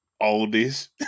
Oldest